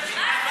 מה הקשר?